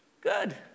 good